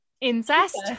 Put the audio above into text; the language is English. incest